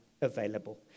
available